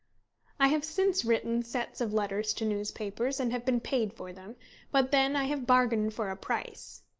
i have since written sets of letters to newspapers, and have been paid for them but then i have bargained for a price.